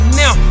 now